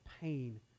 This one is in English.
pain